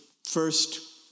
First